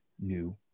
new